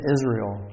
Israel